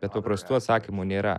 bet paprastų atsakymų nėra